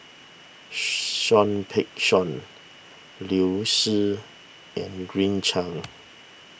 Seah Peck Seah Liu Si and Green Cheng